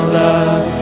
love